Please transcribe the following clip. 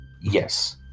Yes